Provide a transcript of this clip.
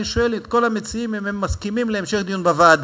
ואני שואל את כל המציעים אם הם מסכימים להמשך דיון בוועדה.